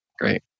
great